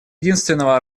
единственного